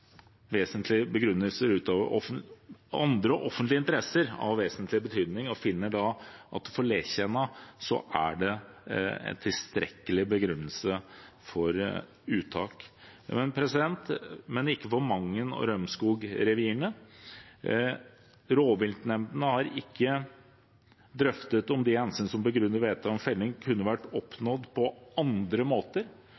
finner da at for Letjenna er det tilstrekkelig begrunnelse for uttak, men ikke for Mangen- og Rømskog-revirene. Rovviltnemndene har ikke drøftet om de hensynene som begrunner vedtak om felling, kunne vært